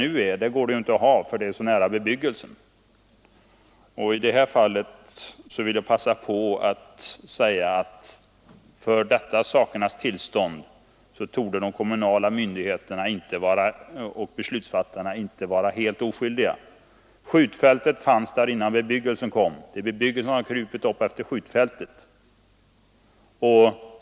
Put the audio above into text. Där verksamheten nu bedrivs kan den inte vara kvar därför att det är så nära till bebyggelse, säger man. Men för dessa sakernas tillstånd torde de kommunala myndigheterna och beslutsfattarna inte vara helt oskyldiga. Skjutfältet fanns innan bebyggelsen kom, det är alltså bebyggelsen som har krupit upp utefter skjutfältet.